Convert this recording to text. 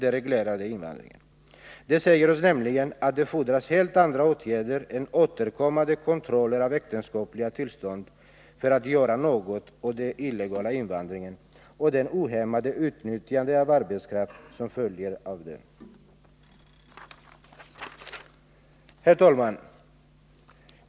den reglerade invandringen. De säger oss nämligen att det fordras helt andra åtgärder än återkommande kontroller av äktenskapliga tillstånd, för att något skall kunna göras åt den illegala invandringen och det ohämmade utnyttjandet av arbetskraft som följer av den. Herr talman!